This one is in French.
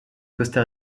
costa